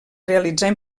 realitzar